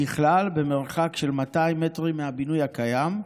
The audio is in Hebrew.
ככלל, במרחק של 200 מטרים מהבינוי הקיים,